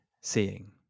seeing